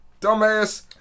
Dumbass